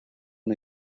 una